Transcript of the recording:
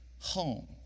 home